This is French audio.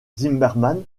zimmermann